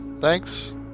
thanks